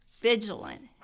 vigilant